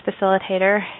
facilitator